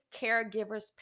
caregivers